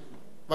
אחרי אתה רוצה?